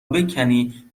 بکنی